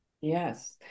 yes